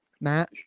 Matt